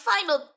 final